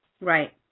Right